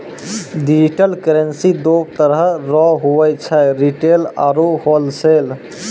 digital currency दो तरह रो हुवै छै रिटेल आरू होलसेल